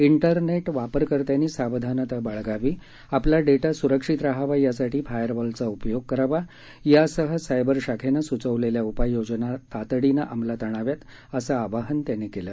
internet वापरकर्त्यांनी सावधानता बाळगावी आपला डेटा सुरक्षित राहावा यासाठी फायरवॉलचा उपयोग करावा यासह सायबर शाखेनं सुचवेलल्या उपाययोजना तातडीनं कराव्यात असं आवाहन त्यांनी केलं